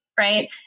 Right